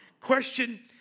Question